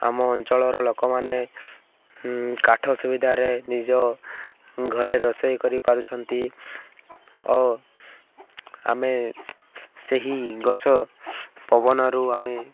ଆମ ଅଞ୍ଚଳର ଲୋକମାନେ କାଠ ସୁବିଧାରେ ନିଜ ଘରେ ରୋଷେଇ କରିପାରୁଛନ୍ତି ଓ ଆମେ ସେହି ଗଛ ପବନରୁ ଆମେ